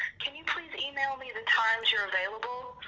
can you please email me the times you're available?